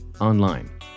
online